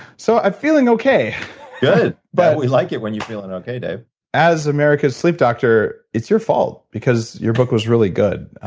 so, i'm feeling okay good. but we like it when you're feeling okay, dave as america's sleep doctor, it's your fault because your book was really good.